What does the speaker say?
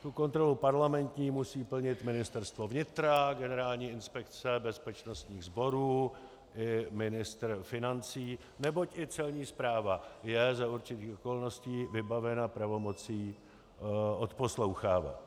Tu kontrolu parlamentní musí plnit Ministerstvo vnitra, Generální inspekce bezpečnostních sborů i ministr financí, neboť i Celní správa je za určitých okolností vybavena pravomocí odposlouchávat.